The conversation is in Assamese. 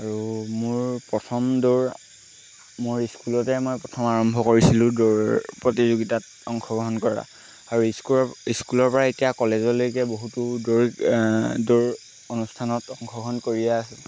আৰু মোৰ প্ৰথম দৌৰ মোৰ স্কুলতে মই প্ৰথম আৰম্ভ কৰিছিলোঁ দৌৰ প্ৰতিযোগিতাত অংশগ্ৰহণ কৰা আৰু স্কুলৰ স্কুলৰপৰা এতিয়া কলেজলৈকে বহুতো দৌৰ দৌৰ অনুষ্ঠানত অংশগ্ৰহণ কৰিয়ে